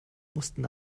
mussten